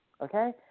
okay